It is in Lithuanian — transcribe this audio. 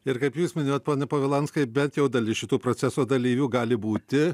ir kaip jūs minėjot pone povilanskai bent jau dalis šitų proceso dalyvių gali būti